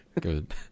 Good